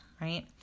right